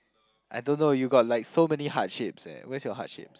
I don't know you got like so many heart shapes eh where's your heart shapes